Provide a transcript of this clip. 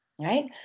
Right